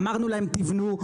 אמרנו להם תבנו,